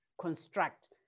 construct